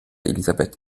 elisabeth